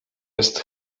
jest